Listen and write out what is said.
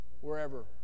wherever